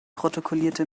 protokollierte